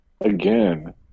Again